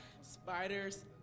Spiders